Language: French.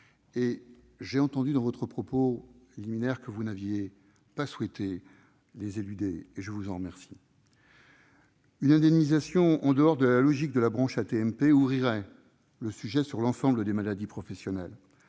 J'ai entendu dans votre propos liminaire que vous n'aviez pas souhaité les éluder, ce dont je vous remercie. Une indemnisation en dehors de la logique de la branche AT-MP ouvrirait le sujet sur l'ensemble des maladies professionnelles.